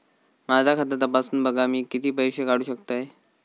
माझा खाता तपासून बघा मी किती पैशे काढू शकतय?